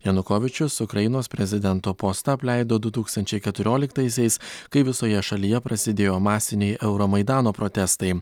janukovyčius ukrainos prezidento postą apleido du tūkstančiai keturioliktaisiais kai visoje šalyje prasidėjo masiniai euromaidano protestai